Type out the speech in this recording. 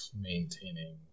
maintaining